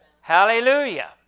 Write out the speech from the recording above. Hallelujah